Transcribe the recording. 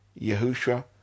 Yahushua